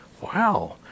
Wow